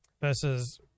versus